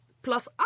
plus